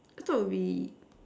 I thought would be